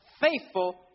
faithful